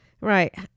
Right